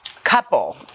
Couple